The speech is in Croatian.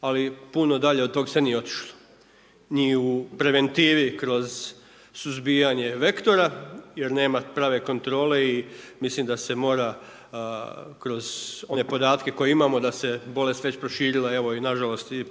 ali puno dalje od toga se nije otišlo ni u preventivi kroz suzbijanje vektora jer nema prave kontrole i mislim da se mora kroz one podatke koje imamo da se bolest već proširila, evo i nažalost je